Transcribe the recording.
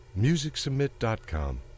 MusicSubmit.com